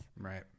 Right